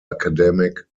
academic